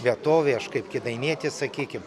vietovėj aš kaip kėdainietis sakykim